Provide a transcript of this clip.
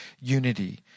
unity